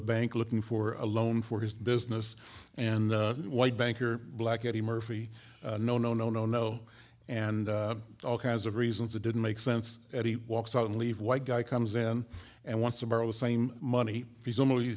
a bank looking for a loan for his business and the white banker black eddie murphy no no no no no and all kinds of reasons it didn't make sense and he walks out on leave white guy comes in and wants to borrow the same money he's almost